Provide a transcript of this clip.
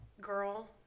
girl